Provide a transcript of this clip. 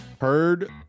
heard